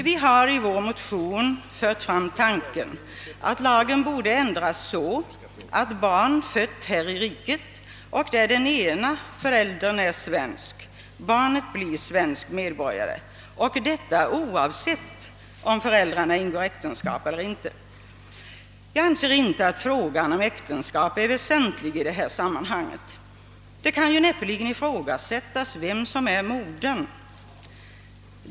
Vi har i vår motion fört fram tanken att lagen borde ändras så att barnet blir svensk medborgare, om barnet är fött här i riket och den ena av för äldrarna är svensk, och detta oavsett om föräldrarna ingår äktenskap eller inte. Jag anser inte att frågan om äktenskap är väsentlig i detta sammanhang. Det kan näppeligen ifrågasättas vem som är modern.